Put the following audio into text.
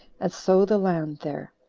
and sow the land there,